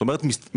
זאת אומרת,